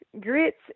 grits